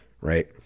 Right